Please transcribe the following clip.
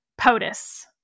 POTUS